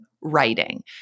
writing